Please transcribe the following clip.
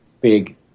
big